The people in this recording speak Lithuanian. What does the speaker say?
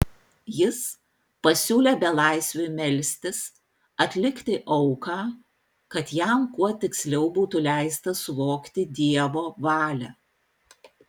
jis pasiūlė belaisviui melstis atlikti auką kad jam kuo tiksliau būtų leista suvokti dievo valią